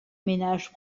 ménage